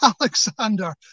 Alexander